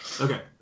Okay